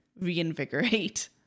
reinvigorate